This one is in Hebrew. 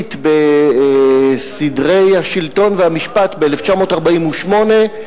האנגלית בסדרי השלטון והמשפט ב-1948,